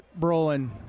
Brolin